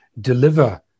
deliver